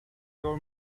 your